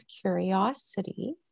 curiosity